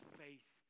faith